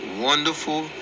wonderful